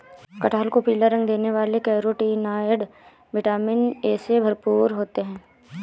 कटहल को पीला रंग देने वाले कैरोटीनॉयड, विटामिन ए से भरपूर होते हैं